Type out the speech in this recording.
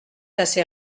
assez